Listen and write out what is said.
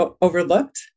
overlooked